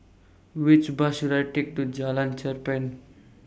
Which Bus should I Take to Jalan Cherpen